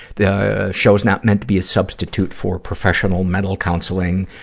the show's not meant to be a substitute for professional mental counseling.